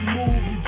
move